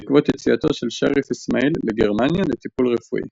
בעקבות יציאתו של שריף איסמעיל לגרמניה לטיפול רפואי.